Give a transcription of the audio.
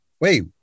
Wait